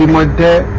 with that,